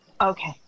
Okay